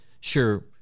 sure